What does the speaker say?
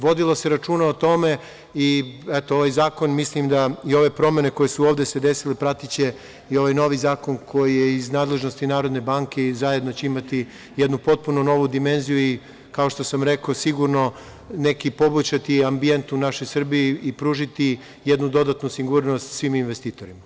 Vodilo se računa o tome i ovaj zakon i ove promene koje su ovde se desile pratiće i ovaj novi zakon koji je iz nadležnosti Narodne banke i zajedno će imati jednu potpuno novu dimenziju i kao što sam rekao sigurno poboljšati ambijent u našoj Srbiji i pružiti jednu dodatnu sigurnost svim investitorima.